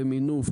למינוף,